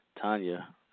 Tanya